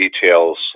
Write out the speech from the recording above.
details